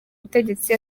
butegetsi